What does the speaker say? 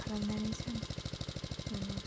खालामनानै चान्स मोनो